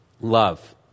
Love